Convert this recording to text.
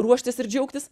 ruoštis ir džiaugtis